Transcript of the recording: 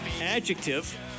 adjective